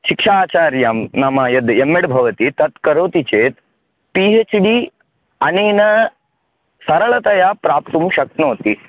शिक्षा आचार्यं नाम यद् एम्एड् भवति तत्करोति चेत् पि हेच् डि अनेन सरलतया प्राप्तुं शक्नोति